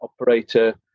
operator